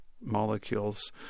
molecules